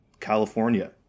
California